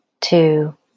two